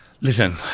listen